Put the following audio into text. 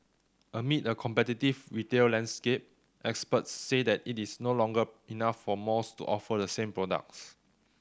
amid a competitive retail landscape experts said it is no longer enough for malls to offer the same products